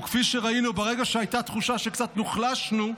וכפי שראינו, ברגע שהייתה תחושה שקצת הוחלשנו,